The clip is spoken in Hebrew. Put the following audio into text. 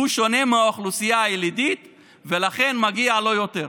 הוא שונה מהאוכלוסייה הילידית ולכן מגיע לו יותר.